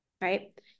right